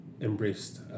embraced